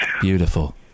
Beautiful